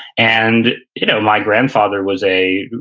and you know my grandfather was a,